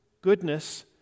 goodness